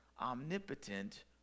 omnipotent